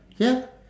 ya